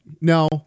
no